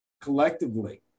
collectively